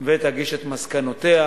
ותגיש את מסקנותיה